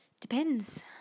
Depends